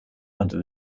under